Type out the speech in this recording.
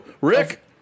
Rick